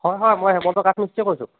হয় হয় মই হেমন্ত কাঠ মিস্ত্ৰীয়ে কৈছোঁ